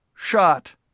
Shot